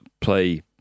play